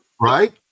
Right